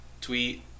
Tweet